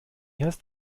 heißt